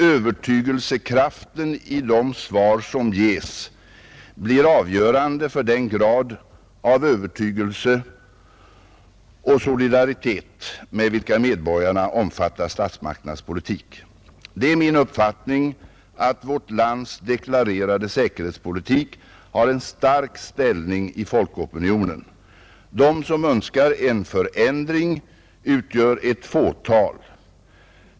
Övertygelsekraften i de svar som ges blir avgörande för den grad av övertygelse och solidaritet med vilken medborgarna omfattar statsmakternas politik. Det är min uppfattning att vårt lands deklarerade säkerhetspolitik har en stark ställning i folkopinionen. De som önskar en förändring utgör ett fåtal.